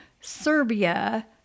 Serbia